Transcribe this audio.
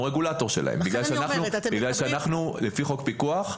לפי חוק הפיקוח,